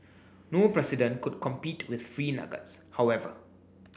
no president could compete with free nuggets however